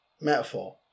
Metaphor